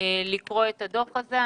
לקרוא את הדוח הזה.